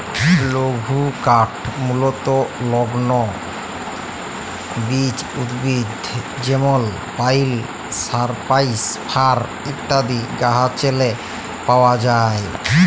লঘুকাঠ মূলতঃ লগ্ল বিচ উদ্ভিদ যেমল পাইল, সাইপ্রাস, ফার ইত্যাদি গাহাচেরলে পাউয়া যায়